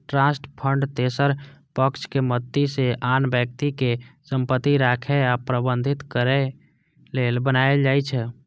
trust fund तेसर पक्षक मदति सं आन व्यक्तिक संपत्ति राखै आ प्रबंधित करै लेल बनाएल जाइ छै